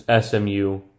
SMU